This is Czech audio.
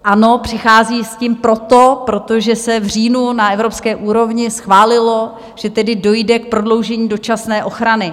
Ano, přichází s tím proto, protože se v říjnu na evropské úrovni schválilo, že tedy dojde k prodloužení dočasné ochrany.